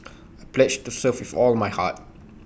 I pledge to serve with all my heart